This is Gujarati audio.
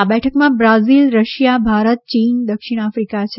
આ બેઠકમાં બ્રાઝિલ રશિયા ભારત ચીન અને દક્ષિણ આફ્રિકા છે